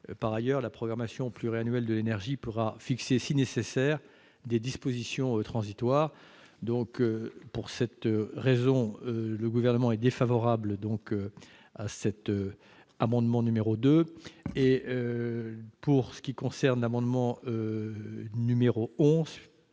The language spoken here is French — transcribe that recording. Par ailleurs, la programmation pluriannuelle de l'énergie pourra fixer, si nécessaire, des dispositions transitoires. Pour ces raisons, le Gouvernement est défavorable à ces amendements identiques. Madame Chain-Larché, l'amendement n° 2